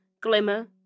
glimmer